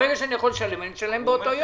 ברגע שאני יכול לשלם, אני משלם באותו יום.